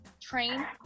train